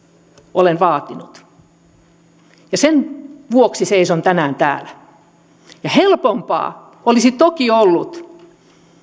olen vaatinut ja sen vuoksi seison tänään täällä helpompaa olisi toki ollut